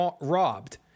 robbed